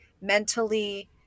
mentally